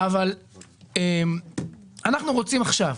אנחנו רוצים עכשיו,